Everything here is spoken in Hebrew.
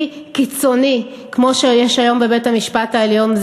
קיצוני כמו שיש היום בבית-המשפט העליון,